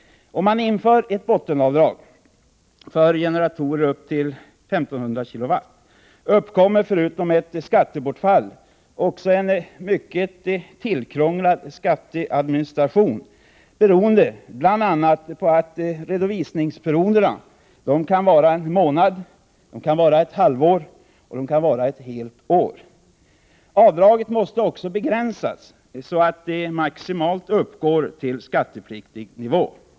Om man inför ett bottenavdrag för generatorer upp till I 500 kW uppkommer förutom ett skattebortfall också en mycket tillkrånglad skatteadministration beroende bl.a. på att redovisningsperioderna kan vara en månad, ett halvår eller ett helt år. Avdraget måste också begränsas så att det maximalt uppgår till skattepliktig nivå.